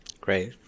Great